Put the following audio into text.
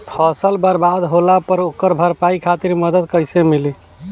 फसल बर्बाद होला पर ओकर भरपाई खातिर मदद कइसे मिली?